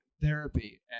therapy